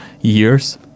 years